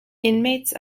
inmates